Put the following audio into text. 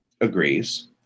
agrees